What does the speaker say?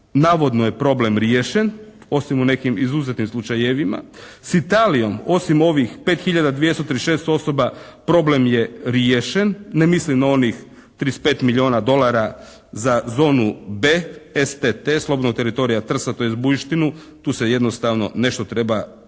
navodno je problem riješen osim u nekim izuzetim slučajevima. S Italijom osim ovih 5 hiljada 5236 osoba problem je riješen. Ne mislim onih 35 milijuna dolara za zonu B, STP – slobodnog teritorija Trsta tj. Bujštinu. Tu se jednostavno nešto treba dogoditi.